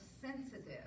sensitive